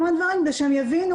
המון דברים כדי שהם יבינו.